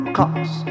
cause